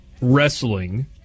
Wrestling